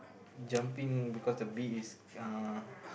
jumping because the bee is uh